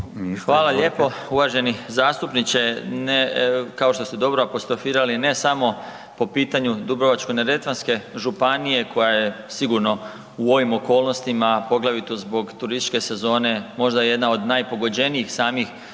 Hvala lijepo. Uvaženi zastupniče, kako što ste dobro apostrofirali ne samo po pitanju Dubrovačko-neretvanske županije koja je sigurno u ovim okolnostima, poglavito zbog turističke sezone možda jedna od najpogođenijih samih